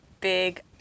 big